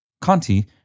Conti